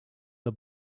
the